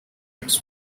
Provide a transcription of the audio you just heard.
its